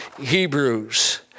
Hebrews